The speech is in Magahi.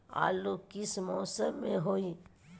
आलू किस मौसम में होई?